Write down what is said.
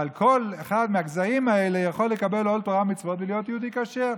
אבל כל אחד מהגזעים האלה יכול לקבל עול תורה ומצוות ולהיות יהודי כשר.